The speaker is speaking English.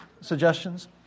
suggestions